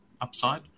upside